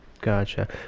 gotcha